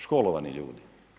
Školovani ljudi?